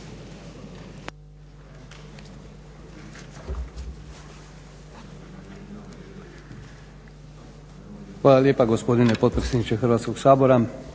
Hvala lijepa gospodine potpredsjedniče Hrvatskog sabora.